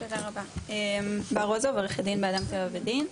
תודה רבה, בר רוזוב עו"ד באדם טבע ודין.